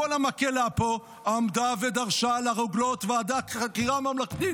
כל המקהלה פה עמדה ודרשה על הרוגלות ועדת חקירה ממלכתית.